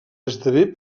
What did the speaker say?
esdevé